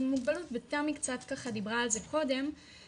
עם מוגבלות ותמי דיברה על זה קודם,